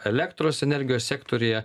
elektros energijos sektoriuje